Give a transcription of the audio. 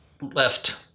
left